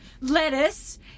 lettuce